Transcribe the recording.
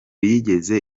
yigeze